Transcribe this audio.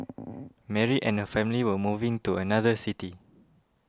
Mary and her family were moving to another city